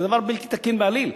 זה דבר בלתי תקין בעליל.